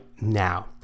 now